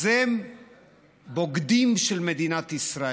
אז הם בוגדים במדינת ישראל.